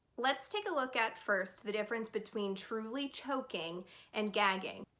let's take a look at first the difference between truly choking and gagging.